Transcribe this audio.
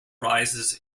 rises